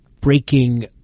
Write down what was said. breaking